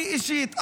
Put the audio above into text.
אני אישית,